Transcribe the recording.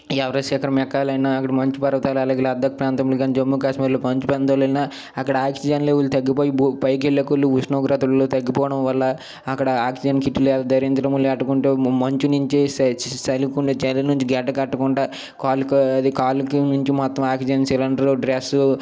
Everest శిఖరం ఎక్కాలన్న అక్కడ మంచు పర్వతాలు అలాగే లబ్దక్ ప్రాంతములు గాని జమ్మూ కాశ్మీర్ ఇలా అక్కడ ఆక్సిజన్ లెవెల్ తగ్గిపోయి పైకి వెళ్లే కొద్ది ఉష్ణోగ్రతలు తగ్గిపోవడం వల్ల అక్కడ ఆక్సిజన్ కిట్లు అవి ధరించడం లేకపోతే మంచు నుంచి చలి కుండా చలి నుంచి గడ్డ కట్టకుండా కాళ్లకు అది కాళ్లుకు నుంచి మొత్తం ఆక్సిజన్ సిలిండర్లు డ్రెస్